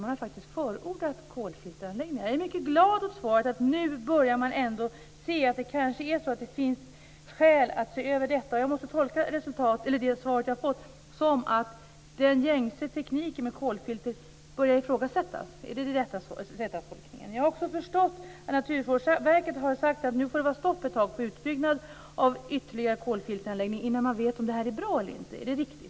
De har förordat kolfilteranläggningar. Jag är mycket glad åt svaret. Nu börjar man ändå se att det kanske finns skäl att se över detta. Ska jag tolka det svar jag har fått som att den gängse tekniken med kolfilter börjar ifrågasättas? Är det den rätta tolkningen? Jag har också förstått att Naturvårdsverket har sagt att det nu får vara stopp ett tag på utbyggnad av ytterligare kolfilteranläggningar innan man vet om de är bra eller inte. Är det riktigt?